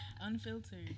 unfiltered